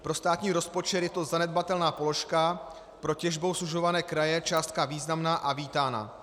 Pro státní rozpočet je to zanedbatelná položka, pro těžbou sužované kraje částka významná a vítaná.